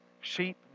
sheep